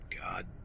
God